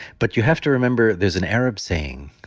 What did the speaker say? but you have to remember there's an arab saying,